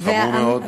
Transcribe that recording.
חמור מאוד.